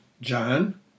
John